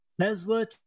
Tesla